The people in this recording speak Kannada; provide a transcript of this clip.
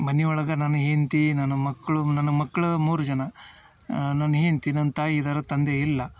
ಮನೆ ಒಳಗೆ ನನ್ನ ಹೆಂಡತಿ ನನ್ನ ಮಕ್ಕಳು ನನ್ನ ಮಕ್ಳು ಮೂರು ಜನ ನನ್ನ ಹೆಂಡತಿ ನನ್ನ ತಾಯಿ ಇದಾರ ತಂದೆ ಇಲ್ಲ